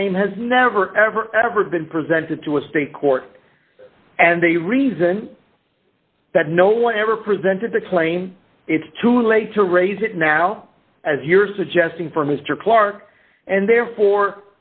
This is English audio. claim has never ever ever been presented to a state court and a reason that no one ever presented the claim it's too late to raise it now as you're suggesting for mr clarke and therefore